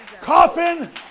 coffin